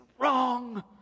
wrong